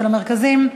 של המרכזים,